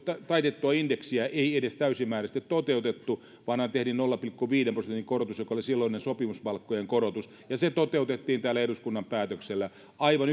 taitettua indeksiä ei edes täysimääräisesti toteutettu vaan tehtiin nolla pilkku viiden prosentin korotus joka oli silloinen sopimuspalkkojen korotus ja se toteutettiin täällä eduskunnan päätöksellä aivan